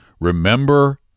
Remember